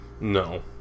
No